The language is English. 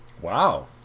Wow